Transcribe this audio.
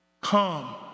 Come